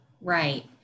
Right